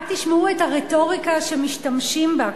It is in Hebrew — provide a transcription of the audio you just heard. רק תשמעו את הרטוריקה שמשתמשים בה,